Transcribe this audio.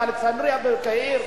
באלכסנדריה בקהיר,